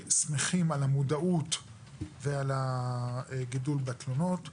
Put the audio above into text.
אנחנו שמחים על המודעות ועל הגידול בתלונות.